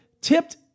tipped